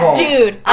dude